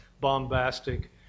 bombastic